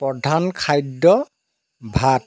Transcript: প্ৰধান খাদ্য ভাত